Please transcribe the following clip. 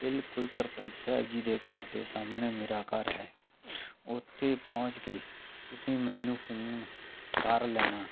ਬਿਲਕੁਲ ਸਰਪੰਚ ਸਾਹਿਬ ਜੀ ਦੇ ਘਰ ਦੇ ਸਾਹਮਣੇ ਮੇਰਾ ਘਰ ਹੈ ਉੱਥੇ ਪਹੁੰਚ ਕੇ ਤੁਸੀਂ ਮੈਨੂੰ ਫੂਨ ਕਰ ਲੈਣਾ